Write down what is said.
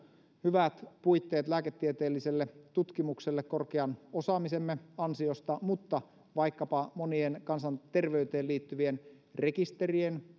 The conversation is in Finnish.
hyvät puitteet lääketieteelliselle tutkimukselle korkean osaamisemme ansiosta mutta myös vaikkapa monien kansanterveyteen liittyvien rekisterien